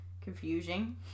Confusing